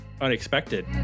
unexpected